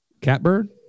Catbird